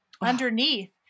underneath